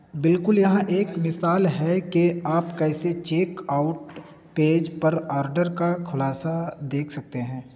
بالکل یہاں ایک مثال ہے کہ آپ کیسے چیک آؤٹ پیج پر آرڈر کا خلاصہ دیکھ سکتے ہیں